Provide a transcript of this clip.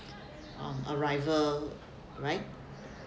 um arrival right